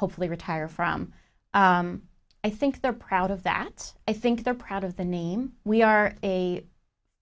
hopefully retire from i think they're proud of that i think they're proud of the name we are a